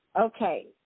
Okay